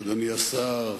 אדוני השר,